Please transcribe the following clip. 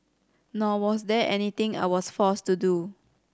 nor was there anything I was forced to do